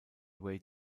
way